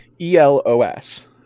E-L-O-S